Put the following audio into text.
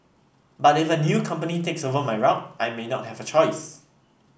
but if a new company takes over my route I may not have a choice